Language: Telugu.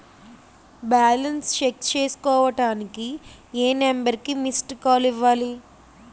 బాలన్స్ చెక్ చేసుకోవటానికి ఏ నంబర్ కి మిస్డ్ కాల్ ఇవ్వాలి?